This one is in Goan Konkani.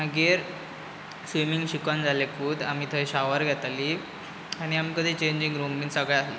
मागीर स्विमींग शिकोन जालेकूत आमी थंय शावर घेतालीं आनी आमकां थंय चेंजिंग रूम बी सगलें आहलें